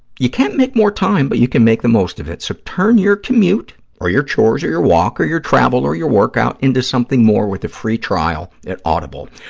you can't make more time, but you can make the most of it, so turn your commute or your chores or your walk or your travel or your workout into something more with a free trial at audible.